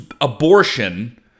abortion